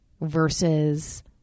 versus